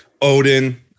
Odin